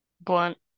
Blunt